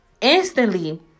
instantly